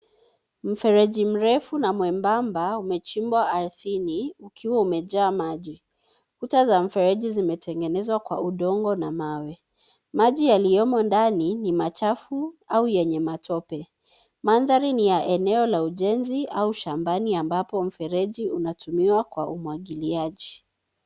Mfereji mrefu na mwembamba umechimbwa ardhini ukiwa umejaa maji. Kuta za mifereji zimetegenezwa kwa udongo na mawe. Maji yaliyomo ndani ni machafu au yenye matope. Mandhari ni ya eneo la ujenzi au shambani ambapo mfereji unatumiwa kwa umwangiliaji. .